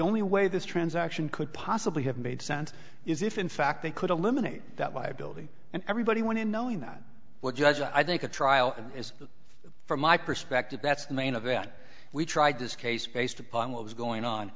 only way this transaction could possibly have made sense is if in fact they could eliminate that liability and everybody went in knowing that what judge i think a trial is that from my perspective that's the main event we tried this case based upon what was going on